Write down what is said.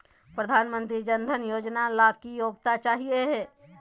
प्रधानमंत्री जन धन योजना ला की योग्यता चाहियो हे?